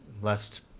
lest